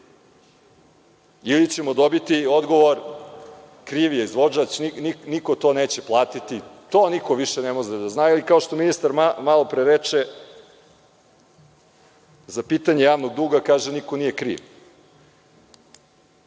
ili ćemo dobiti odgovor – kriv je izvođač, niko to neće platiti. To više niko ne može da zna ili, kao što ministar malo pre reče za pitanje javnog duga, kaže – niko nije kriv. Ono